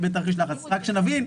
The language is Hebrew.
רק שנבין,